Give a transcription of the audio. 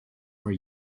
are